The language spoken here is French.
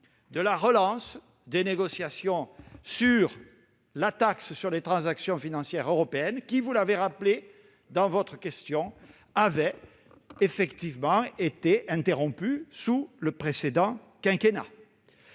de la relance des négociations sur la taxe sur les transactions financières européennes, lesquelles négociations avaient effectivement été interrompues sous le précédent quinquennat.